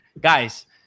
guys